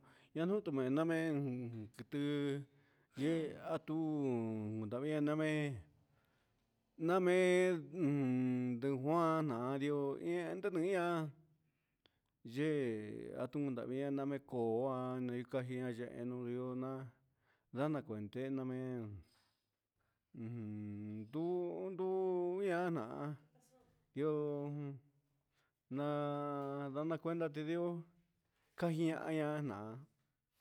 A nuun tu mee quiti yɨɨ a tuu ndavee ndamee nda mee ndguan tian yee a tu ndia ia ndnio na ndana cuenda mee ujun cuu ndu ian na ndioo ndaa nama cua ndioo ca iahan.